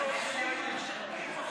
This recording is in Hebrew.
היו מפסידים 600 מיליון שקל.